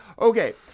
Okay